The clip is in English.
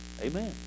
Amen